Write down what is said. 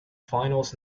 finals